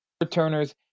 returners